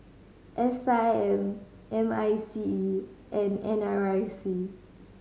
S I M M I C E and N R I C